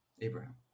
Abraham